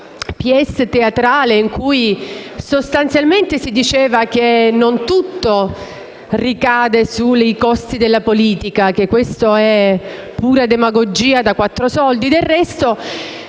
*pièce* teatrale in cui sostanzialmente si diceva che non tutto ricade sui costi della politica, che questa è pura demagogia da quattro soldi. Del resto,